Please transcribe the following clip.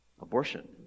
abortion